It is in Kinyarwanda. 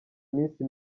minsi